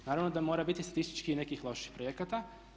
Naravno da mora biti statistički i nekih loših projekata.